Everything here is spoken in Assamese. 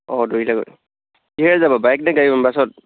অঁ দৌৰিলাগৈ কিহেৰে যাবা বাইক নে গাড়ী বাছত